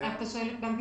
אתה שואל את בנק ישראל?